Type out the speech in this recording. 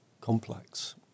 complex